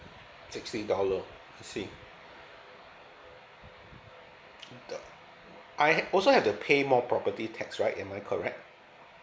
sixty dollars I see noted I also have to pay more property tax right am I correct